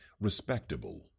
respectable